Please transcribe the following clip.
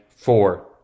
Four